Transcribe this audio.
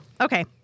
Okay